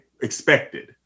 expected